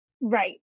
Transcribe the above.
Right